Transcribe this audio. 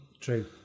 True